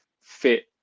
fit